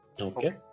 Okay